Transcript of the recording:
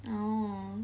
oh